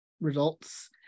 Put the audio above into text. results